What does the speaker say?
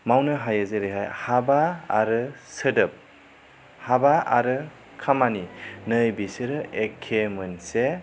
मावनो हायो जेरैहाय हाबा आरो सोदोब हाबा आरो खामानि नै बिसोरो एखे मोनसे